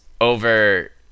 over